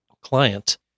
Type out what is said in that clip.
client